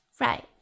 Right